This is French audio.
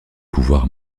pouvoirs